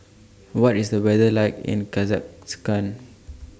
What IS The weather like in Kazakhstan